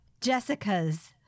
Jessica's